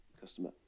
customer